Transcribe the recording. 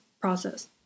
process